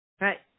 Right